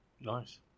Nice